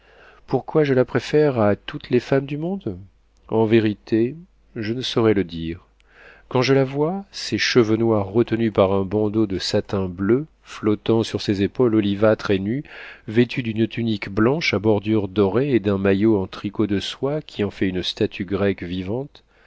pourquoi je la préfère à toutes les femmes du monde en vérité je ne saurais le dire quand je la vois ses cheveux noirs retenus par un bandeau de satin bleu flottant sur ses épaules olivâtres et nues vêtue d'une tunique blanche à bordure dorée et d'un maillot en tricot de soie qui en fait une statue grecque vivante